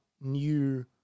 new